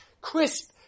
Crisp